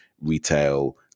retail